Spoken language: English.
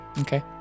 Okay